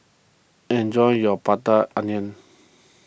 enjoy your Prata Onion